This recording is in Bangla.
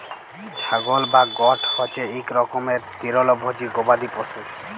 ছাগল বা গট হছে ইক রকমের তিরলভোজী গবাদি পশু